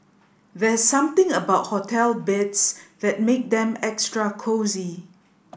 there's something about hotel beds that make them extra cosy